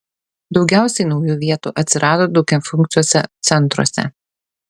daugiausiai naujų vietų atsirado daugiafunkciuose centruose